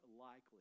likely